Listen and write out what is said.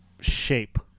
shape